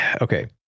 Okay